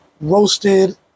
roasted